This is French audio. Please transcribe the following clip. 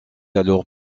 alors